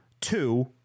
two